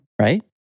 right